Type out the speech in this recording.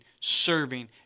serving